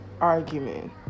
argument